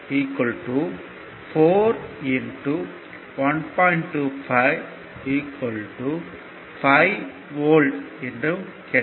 25 5 volt volt என்று கிடைக்கும்